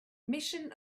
mission